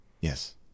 Yes